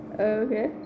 Okay